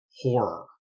horror